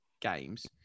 games